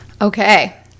Okay